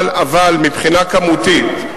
אבל חשוב מאוד מבחינה כמותית,